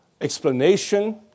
explanation